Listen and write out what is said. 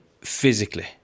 physically